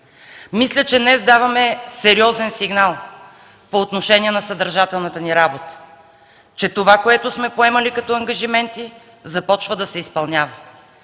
Мисля, че днес даваме сериозен сигнал по отношение на съдържателната ни работа, че това, което сме поемали като ангажименти, започва да се изпълнява.